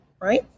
right